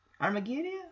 Armageddon